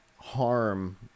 harm